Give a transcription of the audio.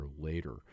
later